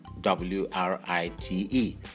W-R-I-T-E